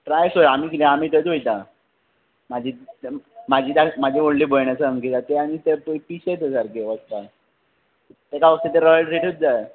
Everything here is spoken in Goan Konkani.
ट्राय कर आमी थिंगां आमी थंयच वयता म्हजी म्हजी दा म्हजी व्हडली भयण आसा अंकिता तें आनी तें पळय पिशें तें सारकें वसपाक तेका फक्त तें रॉयल ट्रिटूच जाय